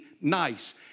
nice